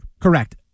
Correct